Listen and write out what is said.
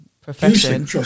profession